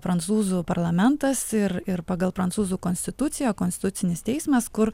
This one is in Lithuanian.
prancūzų parlamentas ir ir pagal prancūzų konstituciją konstitucinis teismas kur